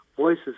voices